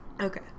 Okay